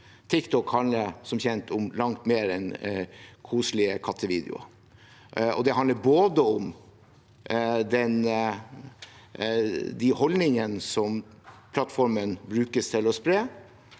TikTok handler som kjent om langt mer enn koselige kattevideoer. Det handler både om de holdningene som plattformen brukes til å spre,